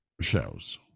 shows